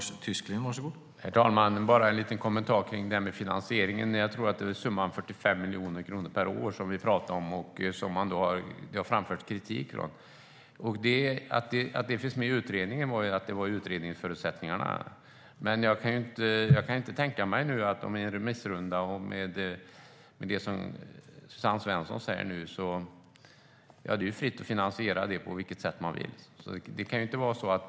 Herr talman! Bara en liten kommentar till detta med finansieringen: Jag tror att vi pratar om summan 45 miljoner kronor per år, som det har framförts kritik mot. Att det finns med i utredningen beror på att det var förutsättningarna för utredningen. Efter en remissrunda och det som Suzanne Svensson nu säger är det ju fritt att finansiera det på vilket sätt man vill.